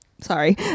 Sorry